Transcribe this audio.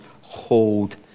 hold